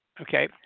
Okay